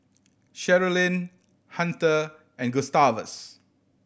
Sherilyn Hunter and Gustavus